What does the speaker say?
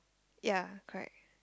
ya correct